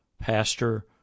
pastor